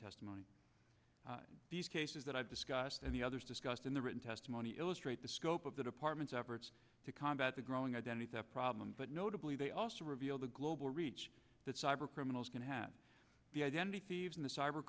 testimony in these cases that i've discussed and the others discussed in the written testimony illustrate the scope of the department's efforts to combat the growing identity theft problem but notably they also revealed the global reach that cyber criminals can have the identity thieves in the cyber